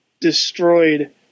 destroyed